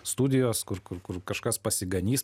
studijos kur kur kur kažkas pasiganys